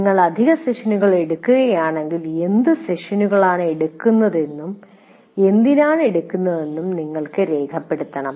നിങ്ങൾ അധിക സെഷനുകൾ എടുക്കുകയാണെങ്കിൽ എന്ത് സെഷനുകളാണ് എടുക്കുന്നതെന്നും എന്തിനാണ് എടുക്കുന്നതെന്നും നിങ്ങൾ രേഖപ്പെടുത്തണം